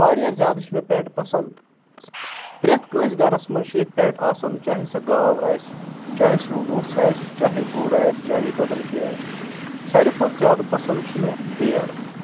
واریاہ زیادٕ چھِ مےٚ پیٚٹ پسنٛد پرٛؠتھ کٲنٛسہِ گرس منٛز چھِ ییٚتہِ پیٚٹ آسان چاہے سۄ گاو آسہِ چاہے سُہ ووژھ آسہِ چاہے گُر آسہِ چاہے بدل کینٛہہ آسہِ ساروٕے کھۄتہٕ زیادٕ پسنٛد چھِ مےٚ بریر